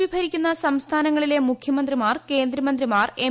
P ഭരിക്കുന്ന സംസ്ഥാനങ്ങളിലെ മുഖ്യമന്ത്രിമാർ കേന്ദ്രമന്ത്രി മാർ എം